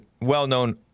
well-known